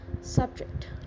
subject